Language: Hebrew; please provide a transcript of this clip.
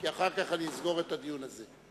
כי אחר כך אני אסגור את הדיון הזה.